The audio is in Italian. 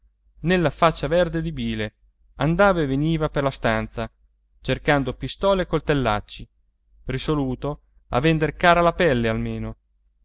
nella faccia verde di bile andava e veniva per la stanza cercando pistole e coltellacci risoluto a vender cara la pelle almeno